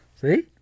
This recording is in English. See